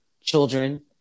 children